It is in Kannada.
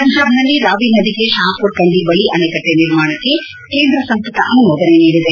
ಪಂಜಾಬ್ನಲ್ಲಿ ರಾವಿ ನದಿಗೆ ಷಹಾಮೂರ್ಕಂಡಿ ಬಳಿ ಅಣೆಕಟ್ಟೆ ನಿರ್ಮಾಣಕ್ಕೆ ಕೇಂದ್ರ ಸಂಪುಟ ಅನುಮೋದನೆ ನೀಡಿದೆ